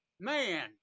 man